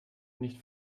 nicht